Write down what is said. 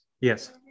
Yes